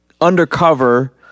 undercover